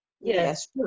yes